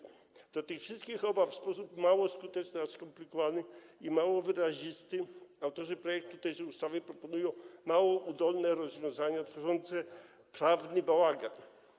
Wobec tych wszystkich obaw w sposób mało skuteczny, a skomplikowany i mało wyrazisty autorzy projektu tejże ustawy proponują mało udolne rozwiązania tworzące prawny bałagan.